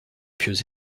pieux